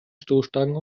stoßstangen